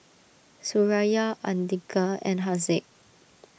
Suraya Andika and Haziq